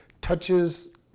touches